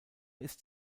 ist